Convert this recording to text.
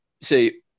See